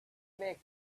make